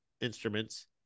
instruments